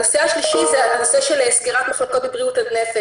סגירת מחלקות בבריאות הנפש.